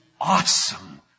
awesome